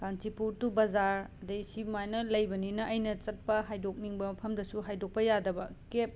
ꯀꯥꯟꯆꯤꯄꯨꯔ ꯇꯨ ꯕꯖꯥꯔ ꯑꯗꯒꯤ ꯁꯨꯃꯥꯏꯅ ꯂꯩꯕꯅꯤꯅ ꯑꯩꯅ ꯆꯠꯄ ꯍꯥꯏꯗꯣꯛꯅꯤꯡꯕ ꯃꯐꯝꯗꯁꯨ ꯍꯥꯏꯗꯣꯛꯄ ꯌꯥꯗꯕ ꯀꯦꯞ